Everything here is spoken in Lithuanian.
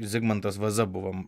zigmantas vaza buvom